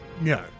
No